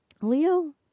leo